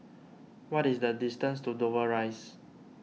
what is the distance to Dover Rise